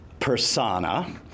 Persona